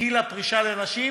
גיל הפרישה לנשים.